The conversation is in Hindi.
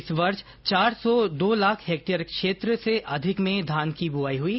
इस वर्ष चार सौ दो लाख हेक्टेयर क्षेत्र से अधिक में धान की बुआई हुई